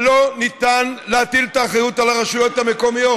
אבל לא ניתן להטיל את האחריות על הרשויות המקומיות.